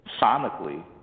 sonically